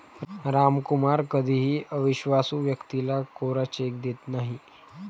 रामकुमार कधीही अविश्वासू व्यक्तीला कोरा चेक देत नाही